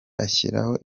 ashyiraho